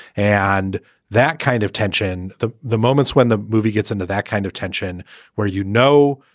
and that kind of tension. the the moments when the movie gets into that kind of tension where, you know,